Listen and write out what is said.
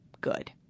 good